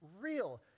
real